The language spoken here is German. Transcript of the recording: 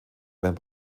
wenn